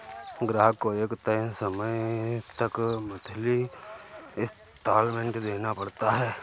ग्राहक को एक तय समय तक मंथली इंस्टॉल्मेंट देना पड़ता है